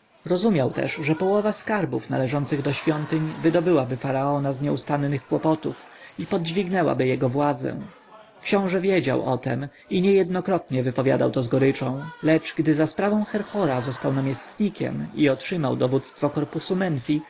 rozumiał też że połowa skarbów należących do świątyń wydobyłaby faraona z nieustannych kłopotów i podźwignęłaby jego władzę książę wiedział o tem i niejednokrotnie wypowiadał to z goryczą lecz gdy za sprawą herhora został namiestnikiem i otrzymał dowództwo korpusu